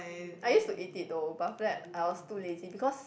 I used to eat it though but after that I was too lazy because